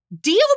deal